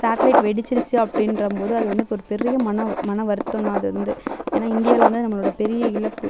satellite வெடிச்சுருச்சி அப்படின்றம்போது அது வந்து ஒரு பெரிய மன மன வருத்தம்தான் அது வந்து ஏன்னால் இந்தியாவில் வந்து நம்மளோட பெரிய இழப்பு